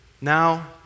Now